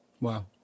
Wow